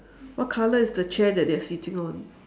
what color is the chair that they are sitting on